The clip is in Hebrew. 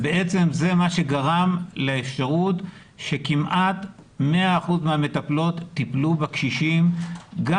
דבר שגרם לאפשרות שכמעט 100 אחוזים מהמטפלות טיפלו בקשישים גם